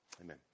Amen